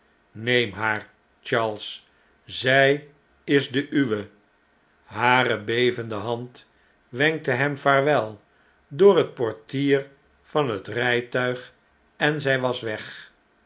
neem haar charles zij is de uwe hare bevende hand wenkte hem vaarwel door het portier van het rijtuig en zn was weg